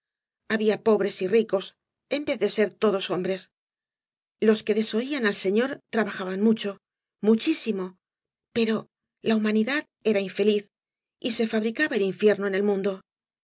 había pobres y ricog ea vez de ser todos hombres los que desoían al señor trabajabaa mucho muchísimo pero ia hamaaidad era infeliz y se fabricaba el infierno en el mundo